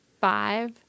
five